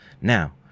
Now